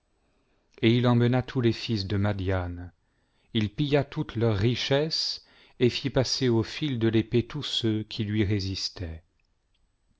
et il emmena tous les fils de madian il pilla toutes leurs richesses et fit passer au fil de l'épée tous ceux qui lui résistaient